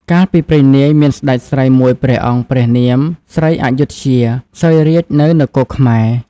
កាលពីព្រេងនាយ មានសេ្តចស្រីមួយព្រះអង្គព្រះនាម ស្រីអយុធ្យា សោយរាជ្យនៅនគរខែ្មរ។